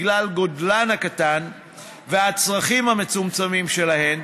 בגלל גודלן הקטן והצרכים המצומצמים שלהן,